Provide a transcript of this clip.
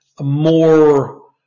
more